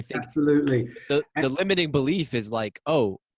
absolutely. the and limiting belief is like oh,